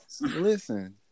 Listen